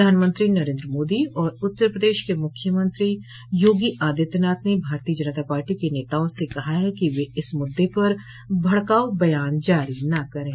प्रधानमंत्री नरेन्द्र मोदी और उत्तर प्रदेश के मुख्यमंत्री योगी आदित्यनाथ ने भारतीय जनता पार्टी के नेताओं से कहा है कि वे इस मुद्दे पर भडकाऊ बयान जारी न करें